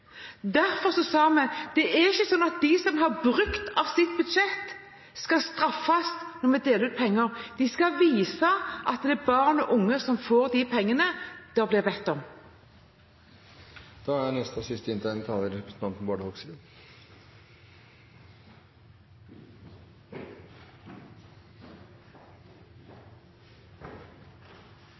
Derfor sa vi at det er ikke sånn at de som har brukt av sitt budsjett, skal straffes når man deler ut penger. De skal vise at det er barn og unge som får de pengene det blir bedt om. Jeg klarte ikke å dy meg etter å ha hørt på representanten Knutsen fra Arbeiderpartiet. Først er